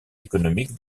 économique